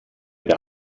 der